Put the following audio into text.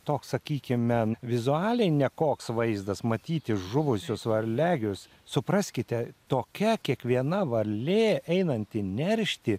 toks sakykime vizualiai nekoks vaizdas matyti žuvusius varliagyvius supraskite tokia kiekviena varlė einanti neršti